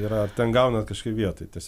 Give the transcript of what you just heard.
yra ten gaunat kažkaip vietoj ties